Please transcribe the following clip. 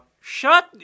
Shut